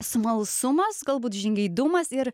smalsumas galbūt žingeidumas ir